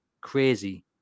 Crazy